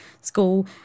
school